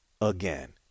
again